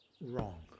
wrong